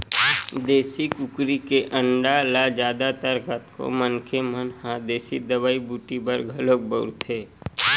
देसी कुकरी के अंडा ल जादा तर कतको मनखे मन ह देसी दवई बूटी बर घलोक बउरथे